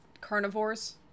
carnivores